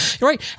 Right